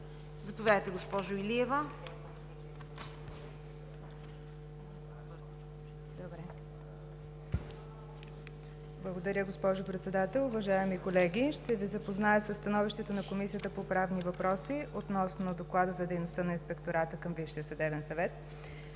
Заповядайте, госпожо Илиева.